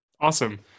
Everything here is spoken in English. Awesome